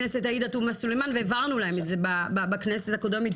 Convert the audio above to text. הכנסת עאידה תומא סולימאן והעברנו להם את זה בכנסת הקודמת,